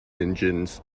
engines